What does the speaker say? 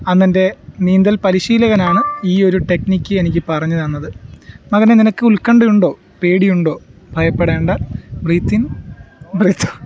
അന്നെൻ്റെ നീന്തൽ പരിശീലകനാണ് ഈ ഒരു ടെക്നിക് എനിക്ക് പറഞ്ഞുതന്നത് മകനെ നിനക്ക് ഉൽകണ്ഠയുണ്ടോ പേടിയുണ്ടോ ഭയപ്പെടേണ്ട ബ്രീത്ത് ഇൻ ബ്രീത്ത് ഔട്ട്